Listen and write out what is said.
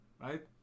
right